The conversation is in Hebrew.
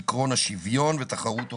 עקרון השוויון ותחרות הוגנת.